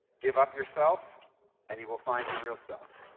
give up yourself and you will find your real self.